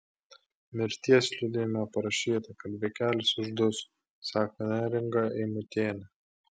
mirties liudijime parašyta kad vaikelis užduso sako neringa eimutienė